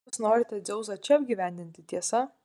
jūs norite dzeusą čia apgyvendinti tiesa